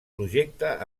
projecte